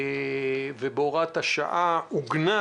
ובהוראת השעה עוגנה